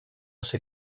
ser